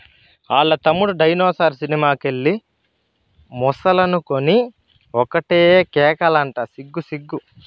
ఆల్ల తమ్ముడు డైనోసార్ సినిమా కెళ్ళి ముసలనుకొని ఒకటే కేకలంట సిగ్గు సిగ్గు